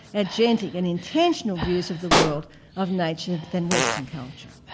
agentic and intentional views of the world of nature than western culture.